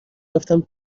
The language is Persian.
رفتم